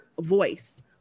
voice